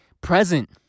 present